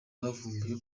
bavumbuye